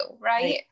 Right